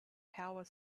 power